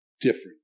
different